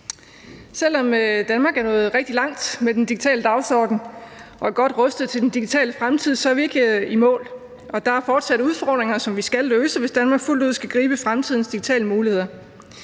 Selv om Danmark er nået rigtig langt med den digitale dagsorden og er godt rustet til den digitale fremtid, så er vi ikke i mål, og der er fortsat udfordringer, som vi skal løse, hvis Danmark fuldt ud skal gribe fremtidens digitale muligheder.